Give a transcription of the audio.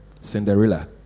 Cinderella